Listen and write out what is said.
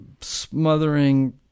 smothering